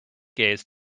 gaze